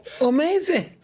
Amazing